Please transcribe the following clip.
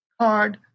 card